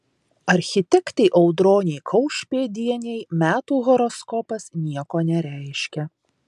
architektei audronei kaušpėdienei metų horoskopas nieko nereiškia